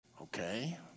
Okay